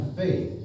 faith